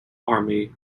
army